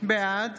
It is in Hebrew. בעד